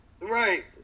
Right